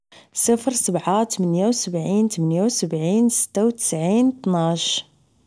صفر سبعة تمنية وسبعين تمنية وسبعين ستة وتسعين طناش